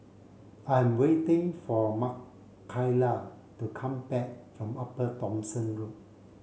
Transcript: I am waiting for Makaila to come back from Upper Thomson Road